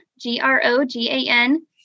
G-R-O-G-A-N